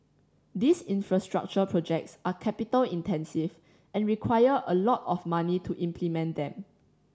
these infrastructure projects are capital intensive and require a lot of money to implement them